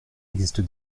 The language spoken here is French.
existe